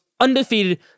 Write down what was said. undefeated